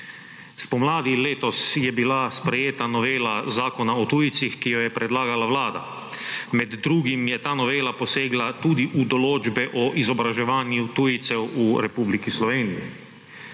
Spomladi letos je bila sprejeta novela Zakona o tujcih, ki jo je predlagala vlada. Med drugim je ta novela posegla tudi v določbe o izobraževanju tujcev v Republiki Sloveniji.